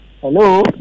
Hello